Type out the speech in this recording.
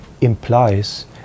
implies